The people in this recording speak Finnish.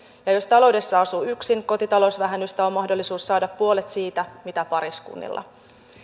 jos talou dessa asuu yksin kotitalousvähennystä on mahdollisuus saada puolet siitä mitä pariskunnat voivat saada